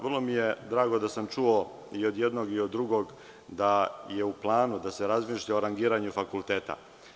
Vrlo mi je drago da sam čuo i od jednog i od drugog da je u planu da se razmišlja o rangiranju fakulteta.